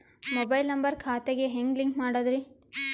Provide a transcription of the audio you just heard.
Mobile number ಖಾತೆ ಗೆ ಹೆಂಗ್ ಲಿಂಕ್ ಮಾಡದ್ರಿ?